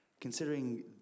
Considering